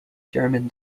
german